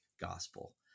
gospel